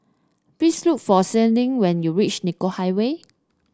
please look for Sharde when you reach Nicoll Highway